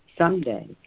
Someday